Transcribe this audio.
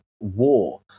war